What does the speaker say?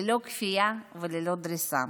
ללא כפייה וללא דריסה.